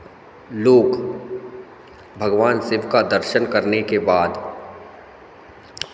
लोग भगवान शिव का दर्शन करने के बाद